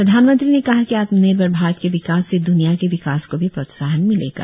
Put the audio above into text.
प्रधानमंत्री ने कहा कि आत्मनिर्भर भारत के विकास से द्रनिया के विकास को भी प्रोत्साहन मिलेगा